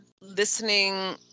listening